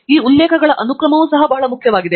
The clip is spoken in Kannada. ಈ ಉಲ್ಲೇಖಗಳ ಅನುಕ್ರಮವು ಸಹ ಬಹಳ ಮುಖ್ಯವಾಗಿದೆ